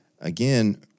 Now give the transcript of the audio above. again